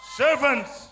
servants